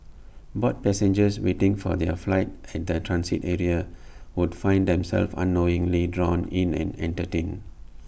bored passengers waiting for their flight at the transit area would find themselves unknowingly drawn in and entertained